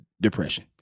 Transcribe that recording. depression